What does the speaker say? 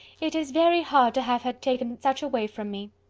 it is very hard to have her taken such a way from me.